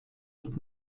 und